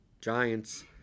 Giants